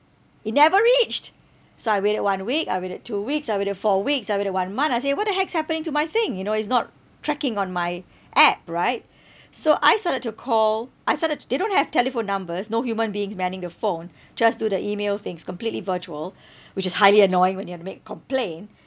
it never reached so I waited one week I waited two weeks I waited four weeks I waited one month I say what the heck is happening to my thing you know it's not tracking on my app right so I started to call I started they don't have telephone numbers nor human beings manning the phone just do the email things completely virtual which is highly annoying when you want to make a complain